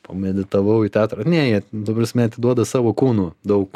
pameditavau į teatrą ne jie ta prasme atiduoda savo kūnu daug